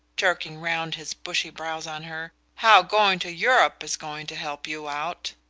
jerking round his bushy brows on her, how going to europe is going to help you out.